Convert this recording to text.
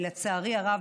שלצערי הרב,